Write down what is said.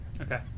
Okay